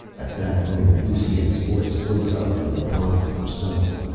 at that moment lusine's voice floated up from the bottom of her cell.